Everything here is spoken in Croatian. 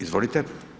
Izvolite.